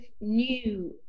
new